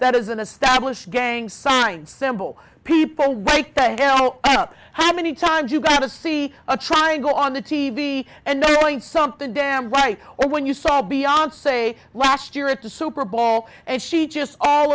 that is an established gang sign symbol people wake the hell up how many times you got to see a triangle on the t v and knowing something damn right when you saw beyond say last year at the super bowl and she just all